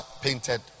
painted